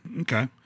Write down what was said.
okay